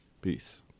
Peace